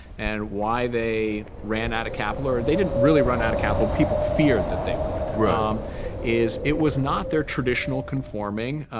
and why they ran out of capital or they didn't really run out of capital. people feared that they would um is, it was not their traditional conforming